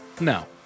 No